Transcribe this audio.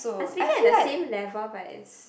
I speaking at the same level but is